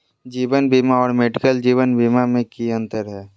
जीवन बीमा और मेडिकल जीवन बीमा में की अंतर है?